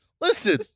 Listen